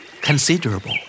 Considerable